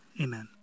amen